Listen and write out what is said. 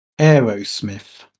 Aerosmith